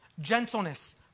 gentleness